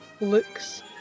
looks